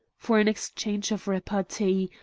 for an exchange of repartee,